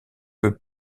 peu